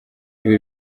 ibi